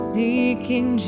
seeking